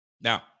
Now